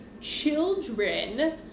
children